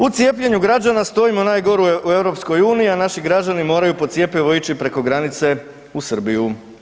U cijepljenju građana stojimo najgore u EU, a naši građani moraju po cjepivo ići preko granice u Srbiju.